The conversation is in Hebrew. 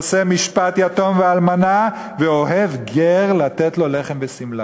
עֹשה משפט יתום ואלמנה ואֹהב גר לתת לו לחם ושמלה.